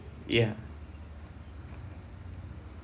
ya